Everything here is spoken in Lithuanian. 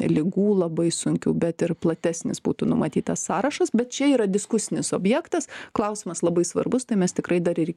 ligų labai sunkių bet ir platesnis būtų numatytas sąrašas bet čia yra diskusinis objektas klausimas labai svarbus tai mes tikrai dar ir